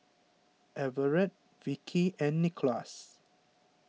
Everette Vicky and Nickolas